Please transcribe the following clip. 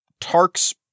Tarks